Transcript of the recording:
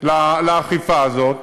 לאכיפה הזאת,